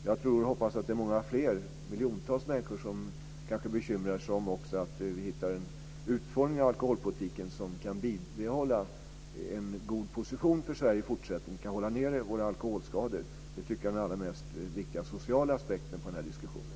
Jag tror och hoppas att det är många fler miljontals människor som kanske bekymrar sig om att vi hittar en utformning på alkoholpolitiken som gör att vi kan bibehålla en god position för Sverige i fortsättningen och hålla nere våra alkoholskador. Det tycker jag är den allra viktigaste sociala aspekten på den här diskussionen.